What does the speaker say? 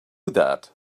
that